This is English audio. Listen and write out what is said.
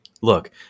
look